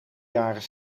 jaren